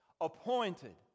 Appointed